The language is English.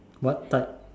what type